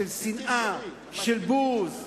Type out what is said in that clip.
של שנאה, של בוז,